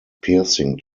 piercing